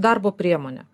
darbo priemonę